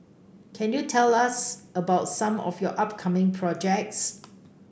can you tell us about some of your upcoming projects